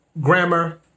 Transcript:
grammar